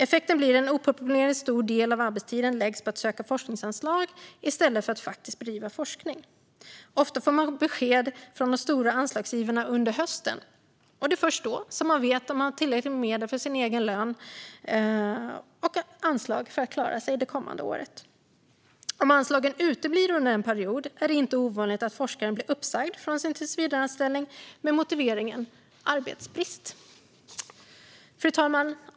Effekten blir att en oproportionerligt stor del av arbetstiden läggs på att söka forskningsanslag i stället för att faktiskt bedriva forskning. Ofta får man besked från de stora anslagsgivarna under hösten, och först då vet man om man har tillräckligt med anslag för att klara sig under det kommande året. Om anslagen uteblir under en period är det inte ovanligt att forskaren blir uppsagd från sin tillsvidareanställning med arbetsbrist som motivering. Fru talman!